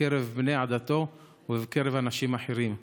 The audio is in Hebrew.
בקרב בני עדתו ובקרב אנשים אחרים.